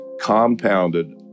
compounded